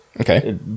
okay